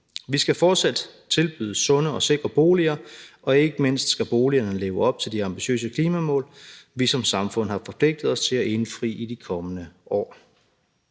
Vi skal fortsat tilbyde sunde og sikre boliger, og ikke mindst skal boligerne leve op til de ambitiøse klimamål, vi som samfund har forpligtet os til at indfri i de kommende år.